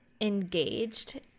engaged